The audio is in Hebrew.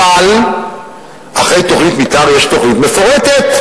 אבל אחרי תוכנית מיתאר יש תוכנית מפורטת,